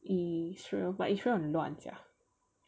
Israel but Israel 很乱 sia